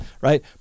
Right